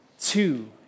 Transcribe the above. two